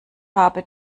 habe